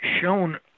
shown